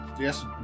Yes